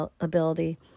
ability